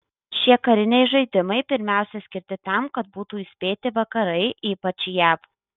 šie kariniai žaidimai pirmiausia skirti tam kad būtų įspėti vakarai ypač jav